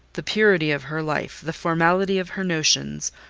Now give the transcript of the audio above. the purity of her life, the formality of her notions,